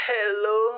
Hello